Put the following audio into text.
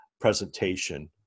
presentation